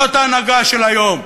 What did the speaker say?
זאת ההנהגה של היום,